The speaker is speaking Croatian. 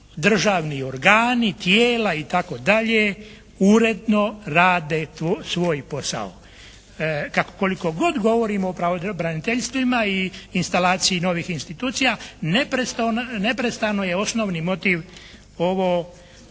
državni organi, tijela itd. uredno rade svoj posao. Koliko god govorimo o pravobraniteljstvima i instalaciji novih institucija neprestano je osnovni motiv ovo